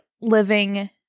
living